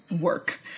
Work